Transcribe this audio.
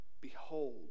Behold